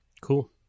cool